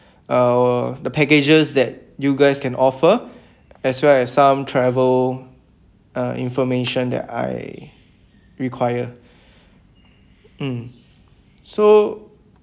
uh the packages that you guys can offer as well as some travel uh information that I require mm so